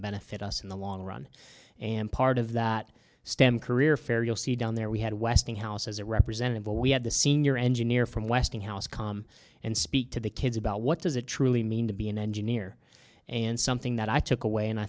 benefit us in the long run and part of that stem career fair you'll see down there we had westinghouse as a representative well we had the senior engineer from westinghouse com and speak to the kids about what does it truly mean to be an engineer and something that i took away and i